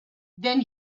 then